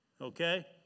okay